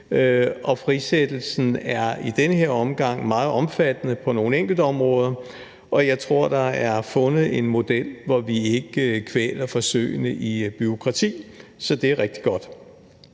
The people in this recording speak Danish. Frisættelsen er i den her omgang meget omfattende på nogle enkelte områder, og jeg tror, at der er fundet en model, hvor vi ikke kvæler forsøgene i bureaukrati. Så det er rigtig godt.